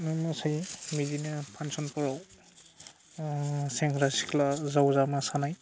जों मोसायो बिदिनो फांसनफोराव सेंग्रा सिख्ला जावजा मोसानाय